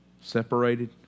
Separated